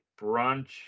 Brunch